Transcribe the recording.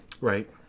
Right